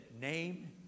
Name